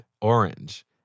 orange